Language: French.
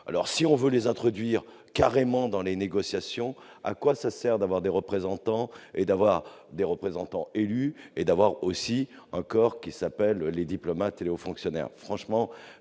alors si on veut les introduire carrément dans les négociations, à quoi ça sert d'avoir des représentants et d'avoir des représentants élus et d'avoir aussi un corps qui s'appelle les diplomates et haut fonctionnaires,